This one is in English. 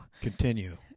Continue